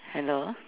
hello